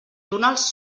túnels